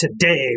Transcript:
today